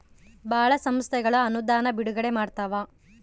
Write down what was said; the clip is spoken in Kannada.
ಭಾಳ ಸಂಸ್ಥೆಗಳು ಅನುದಾನ ಬಿಡುಗಡೆ ಮಾಡ್ತವ